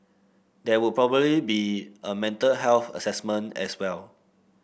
there would probably be a mental health assessment as well